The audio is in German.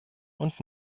und